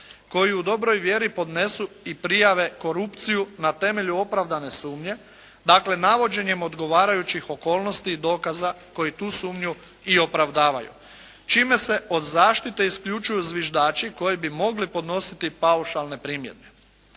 koji u dobroj vjeri podnesu i prijave korupciju na temelju opravdane sumnje, dakle navođenjem odgovarajućih okolnosti i dokaza koji tu sumnju i opravdavaju čime se od zaštite isključuju zviždači koji bi mogli podnositi paušalne primjedbe.